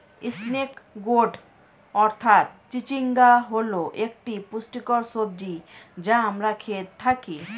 snake gourd অর্থাৎ চিচিঙ্গা হল একটি পুষ্টিকর সবজি যা আমরা খেয়ে থাকি